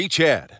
Chad